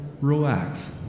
relax